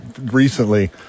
recently